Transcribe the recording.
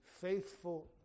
faithful